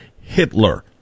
Hitler